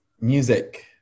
music